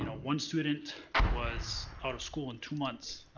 you know one student was out of school in two months,